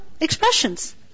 expressions